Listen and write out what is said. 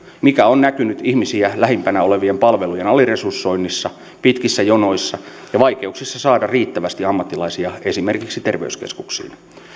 mikä on näkynyt ihmisiä lähimpänä olevien palvelujen aliresursoinnissa pitkissä jonoissa ja vaikeuksissa saada riittävästi ammattilaisia esimerkiksi terveyskeskuksiin